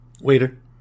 Waiter